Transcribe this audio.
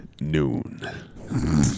noon